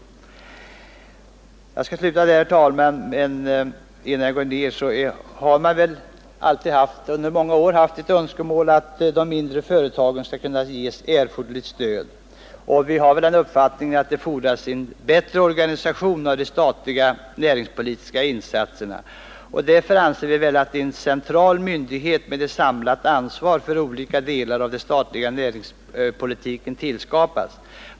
Herr talman! Det har under många år varit ett önskemål att de mindre företagen skall kunna ges erforderligt stöd. Det är vår uppfattning att det fordras en bättre organisation av de statliga näringspolitiska insatserna. Därför anser vi att en central myndighet med ett samlat ansvar för olika delar av den statliga näringspolitiken bör tillskapas.